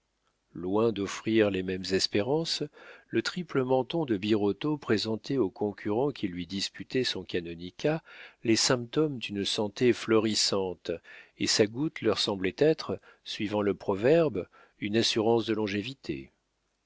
loin d'offrir les mêmes espérances le triple menton de birotteau présentait aux concurrents qui lui disputaient son canonicat les symptômes d'une santé florissante et sa goutte leur semblait être suivant le proverbe une assurance de longévité